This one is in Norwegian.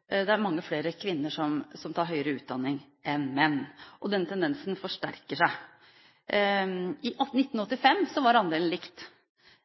Det som også er tendensen, er at det er mange flere kvinner enn menn som tar høyere utdanning. Denne tendensen forsterker seg. I 1985 var andelen lik.